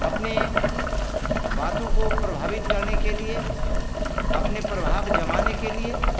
अपने बातों को प्रभावित करने के लिए अपने प्रभाव जमाने के लिए